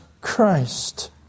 Christ